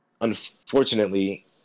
unfortunately